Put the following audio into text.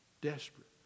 Desperate